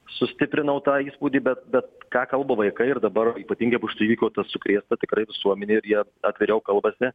sustiprinau tą įspūdį bet bet ką kalba vaikai ir dabar ypatingai bus to įvykio ta sukrėsta tikrai visuomenė ir jie atviriau kalbasi